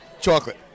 chocolate